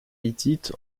hittite